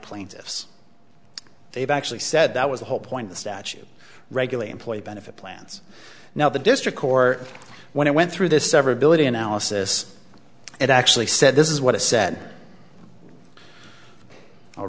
plaintiffs they've actually said that was the whole point the statute regulate employee benefit plans now the district court when i went through this severability analysis it actually said this is what it said i'll